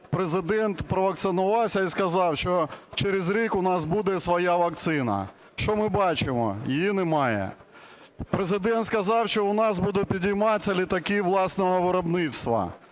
Президент провакцинувався і сказав, що через рік у нас буде своя вакцина. Що ми бачимо? Її немає. Президент сказав, що у нас будуть підійматися літаки власного виробництва.